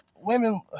women